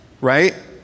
right